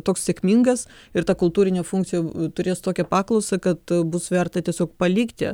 toks sėkmingas ir ta kultūrinė funkcija turės tokią paklausą kad bus verta tiesiog palikti